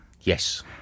Yes